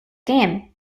game